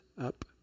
up